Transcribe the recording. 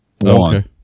One